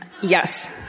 Yes